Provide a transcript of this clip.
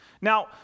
Now